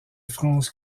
france